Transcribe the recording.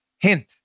Hint